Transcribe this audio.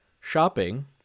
shopping